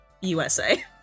USA